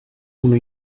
una